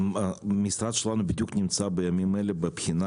המשרד שלנו בדיוק נמצא בימים אלה בבחינה